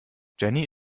jenny